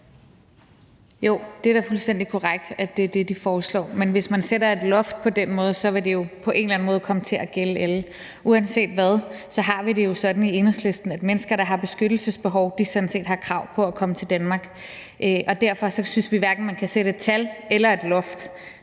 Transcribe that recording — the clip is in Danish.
Jo, det er da fuldstændig korrekt, at det er det, de foreslår. Men hvis man sætter et loft på den måde, vil det jo på en eller anden måde komme til at gælde alle. Uanset hvad, har vi det jo sådan i Enhedslisten, at mennesker, der har beskyttelsesbehov, sådan set har krav på at komme til Danmark. Derfor synes vi, man hverken kan sætte et tal på eller lave et loft.